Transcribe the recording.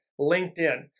LinkedIn